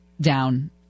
down